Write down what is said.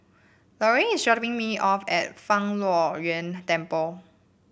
Larue is dropping me off at Fang Luo Yuan Temple